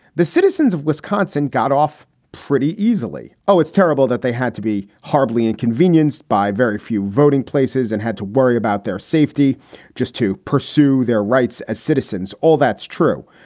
the citizens of wisconsin got off pretty easily. oh, it's terrible that they had to be horribly inconvenienced by very few voting places and had to worry about their safety just to pursue their rights as citizens. all that's true.